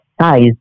size